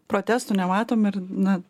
protestų nematom ir na